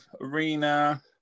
Arena